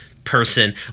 Person